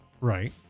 Right